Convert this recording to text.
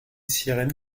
sirène